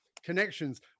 connections